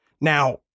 Now